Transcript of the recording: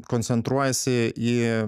koncentruojasi į